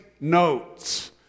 notes